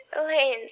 Elaine